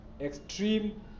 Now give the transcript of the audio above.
extreme